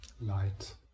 Light